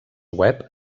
web